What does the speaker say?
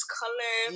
color